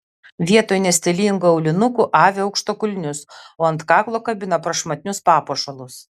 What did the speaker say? vietoj nestilingų aulinukų avi aukštakulnius o ant kaklo kabina prašmatnius papuošalus